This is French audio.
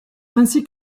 ainsi